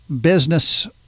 business